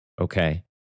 okay